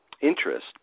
interest